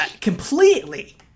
completely